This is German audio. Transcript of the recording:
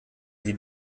die